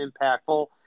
impactful